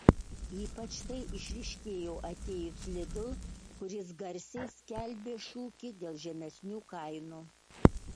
ypač tai išryškėjo atėjus lidl kuris garsiai skelbė šūkį dėl žemesnių kainų